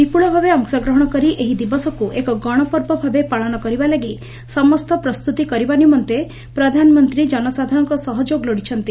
ବିପୁଳ ଭାବେ ଅଂଶଗ୍ରହଶ କରି ଏହି ଦିବସକୁ ଏକ ଗଣପର୍ବ ଭାବେ ପାଳନ କରିବାଲାଗି ସମସ୍ତ ପ୍ରସ୍ତୁତି କରିବା ନିମନ୍ତେ ପ୍ରଧାନମନ୍ତୀ ଜନସାଧାରଣଙ୍କ ସହଯୋଗ ଲୋଡ଼ିଛନ୍ତି